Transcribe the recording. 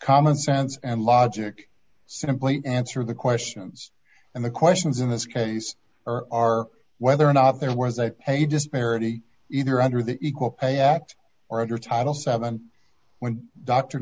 common sense and logic simply answer the questions and the questions in this case are are whether or not there was a pay disparity either under the equal pay act or under title seven when dr